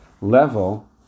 level